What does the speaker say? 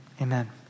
amen